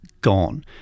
gone